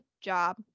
job